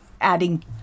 adding